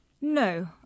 No